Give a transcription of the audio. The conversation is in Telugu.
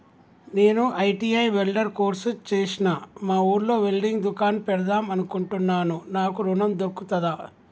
నేను ఐ.టి.ఐ వెల్డర్ కోర్సు చేశ్న మా ఊర్లో వెల్డింగ్ దుకాన్ పెడదాం అనుకుంటున్నా నాకు ఋణం దొర్కుతదా?